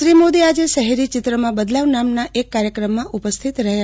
શ્રી મોદી આજે શહેરી ચિત્રમાં બદલાવ નામના એક કાર્યક્રમમાં ઉપસ્થિત રહ્યા